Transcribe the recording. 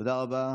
תודה רבה.